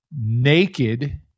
Naked